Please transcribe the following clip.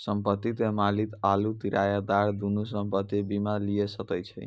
संपत्ति के मालिक आरु किरायादार दुनू संपत्ति बीमा लिये सकै छै